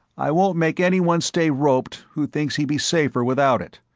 i won't make anyone stay roped who thinks he'd be safer without it,